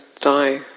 die